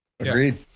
Agreed